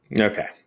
Okay